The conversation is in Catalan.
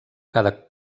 cada